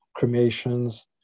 cremations